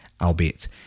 albeit